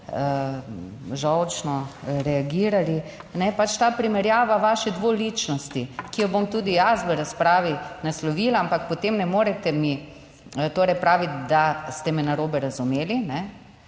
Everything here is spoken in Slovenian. žolčno reagirali. Ne pač ta primerjava vaše dvoličnosti, ki jo bom tudi jaz v razpravi naslovila, ampak potem ne morete mi, torej praviti, da ste me narobe razumeli,